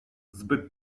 zbyt